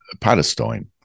Palestine